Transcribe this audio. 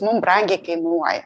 mum brangiai kainuoja